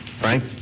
Frank